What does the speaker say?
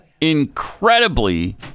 incredibly